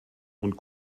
und